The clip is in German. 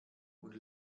und